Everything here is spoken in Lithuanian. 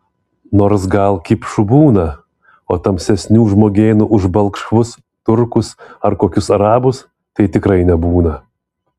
nors gal kipšų būna o tamsesnių žmogėnų už balkšvus turkus ar kokius arabus tai tikrai nebūna